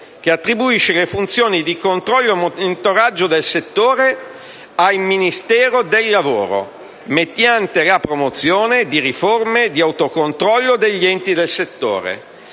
che attribuisce le funzioni di controllo e monitoraggio del settore al Ministero del lavoro e delle politiche sociali mediante la promozione di forme di autocontrollo degli enti del settore: